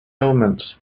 omens